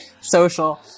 Social